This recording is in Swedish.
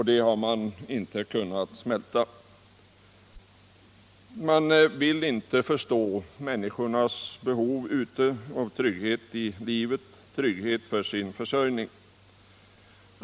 Detta har man inte kunnat smälta. Man vill inte förstå människornas behov av trygghet i livet — trygghet för sin försörjning.